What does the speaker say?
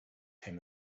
came